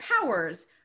powers